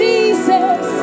Jesus